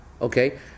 okay